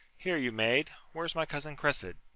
here, you maid! where's my cousin cressid?